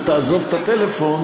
ותעזוב את הטלפון,